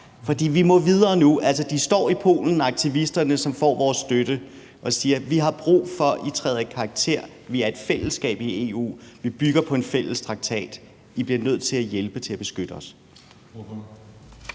For vi må videre nu. Aktivisterne, som får vores støtte, står i Polen og siger: Vi har brug for, at I træder i karakter. Vi er et fællesskab i EU, vi bygger på en fælles traktat. I bliver nødt til at hjælpe til med at beskytte os.